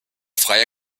freie